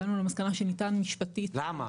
הגענו להסכמה שניתן משפטית להאריך --- למה?